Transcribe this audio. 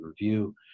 review